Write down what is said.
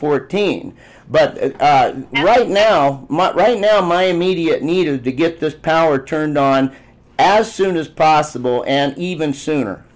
fourteen but right now mike right now my immediate needed to get this power turned on as soon as possible and even sooner